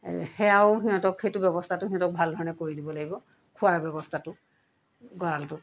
সেয়াও সিহঁতক সেইটো ব্যৱস্থাটো সিহঁতক ভাল ধৰণে কৰি দিব লাগিব খোৱাৰ ব্যৱস্থাটো গঁড়ালটো